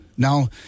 Now